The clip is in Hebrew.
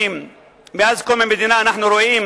מאז קום המדינה אנחנו רואים